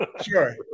sure